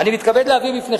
תמליץ.